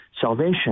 salvation